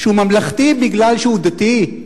שהוא ממלכתי משום שהוא דתי?